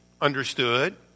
understood